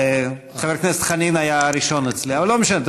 חבר הכנסת חנין היה הראשון אצלי אבל לא משנה.